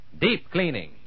Deep-cleaning